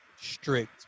strict